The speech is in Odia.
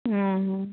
ହୁଁ ହୁଁ